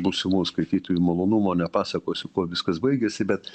būsimų skaitytojų malonumo nepasakosiu kuo viskas baigėsi bet